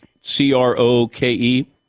C-R-O-K-E